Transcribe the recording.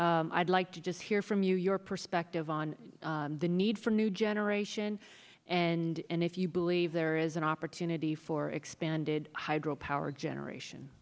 i'd like to just hear from you your perspective on the need for new generation and if you believe there is an opportunity for expanded hydro power generation